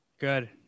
Good